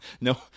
No